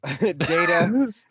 Data